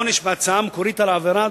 העונש בהצעה המקורית על העבירה,